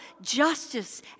justice